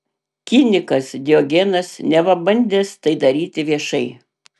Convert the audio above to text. kinikas diogenas neva bandęs tai daryti viešai